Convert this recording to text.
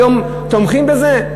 היום תומכים בזה.